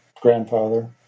Grandfather